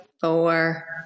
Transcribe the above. four